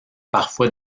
parfois